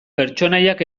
pertsonaiak